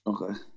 Okay